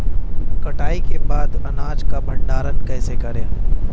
कटाई के बाद अनाज का भंडारण कैसे करें?